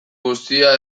guztia